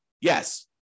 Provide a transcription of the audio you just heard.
Yes